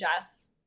Jess